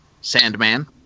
Sandman